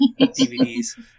dvds